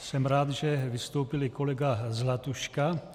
Jsem rád, že vystoupil i kolega Zlatuška.